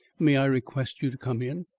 may i request you to come in?